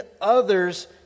others